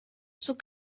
sont